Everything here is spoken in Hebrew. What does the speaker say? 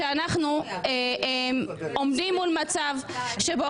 אני חושבת שכשאנחנו עומדים במצב בו על